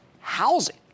housing